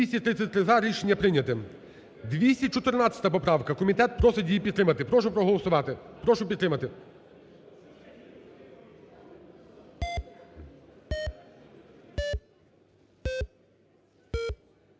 За-233 Рішення прийнято. 214 поправка. Комітет просить її підтримати, прошу проголосувати. Прошу підтримати.